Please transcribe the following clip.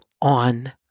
on